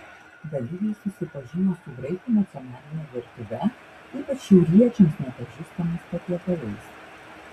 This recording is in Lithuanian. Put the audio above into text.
dalyviai susipažino su graikų nacionaline virtuve ypač šiauriečiams nepažįstamais patiekalais